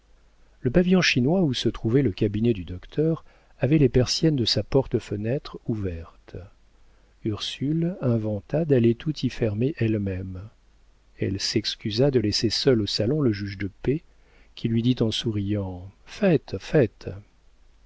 le pavillon chinois où se trouvait le cabinet du docteur avait les persiennes de sa porte-fenêtre ouvertes ursule inventa d'aller tout y fermer elle-même elle s'excusa de laisser seul au salon le juge de paix qui lui dit en souriant faites faites